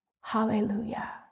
hallelujah